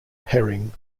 herring